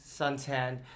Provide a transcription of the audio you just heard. suntan